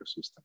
ecosystem